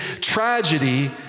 tragedy